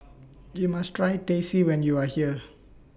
YOU must Try Teh C when YOU Are here